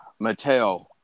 Mattel